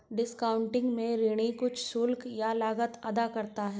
discounting में ऋणी कुछ शुल्क या लागत अदा करता है